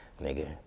nigga